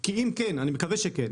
אני מקווה שכן.